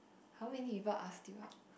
how many people ask you out